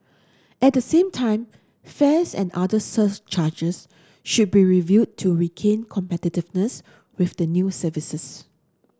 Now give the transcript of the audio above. at the same time fares and other surcharges should be reviewed to regain competitiveness with the new services